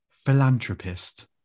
Philanthropist